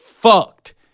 Fucked